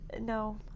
no